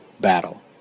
battle